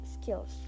skills